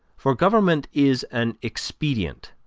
for government is an expedient,